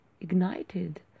ignited